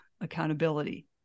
accountability